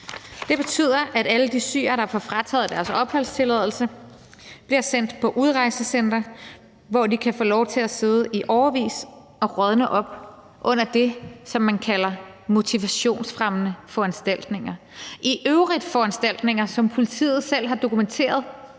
Det betyder, at alle de syrere, der får frataget deres opholdstilladelse, bliver sendt på udrejsecentre, hvor de kan få lov til at sidde i årevis og rådne op under det, som man kalder motivationsfremmende foranstaltninger, i øvrigt foranstaltninger, som politiet selv har dokumenteret